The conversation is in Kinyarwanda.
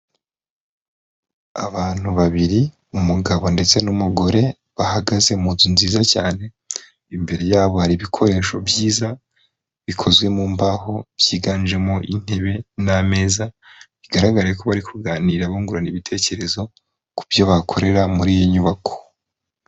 Abantu babiri, umugabo ndetse n'umugore bahagaze mu nzu nziza cyane, imbere yabo hari ibikoresho byiza bikozwe mu mbaho, byiganjemo intebe n'ameza, bigaragara ko bari kuganira bungurana ibitekerezo ku byo bakorera muri iyi nyubako.